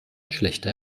schlechter